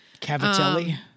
Cavatelli